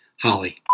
Holly